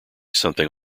something